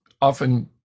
often